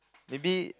maybe